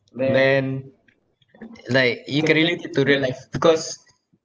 then like you can relate to real life because